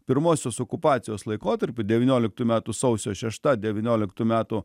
pirmosios okupacijos laikotarpiu devynioliktų metų sausio šešta devynioliktų metų